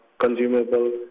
consumable